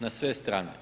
Na sve strane.